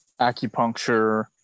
Acupuncture